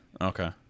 Okay